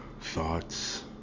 thoughts